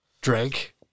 drink